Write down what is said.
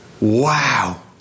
Wow